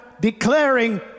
declaring